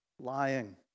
Lying